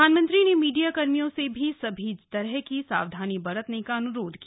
प्रधानमंत्री ने मीडिय़ाकर्मियों से भी सभी तरह की सावधानी बरतने का अनुरोध किया